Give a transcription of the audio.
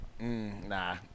Nah